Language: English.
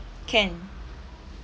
can